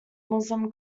muslim